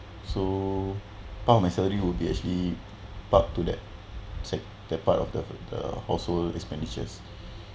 so part of my salary will be actually part to that said that part of the the household expenditures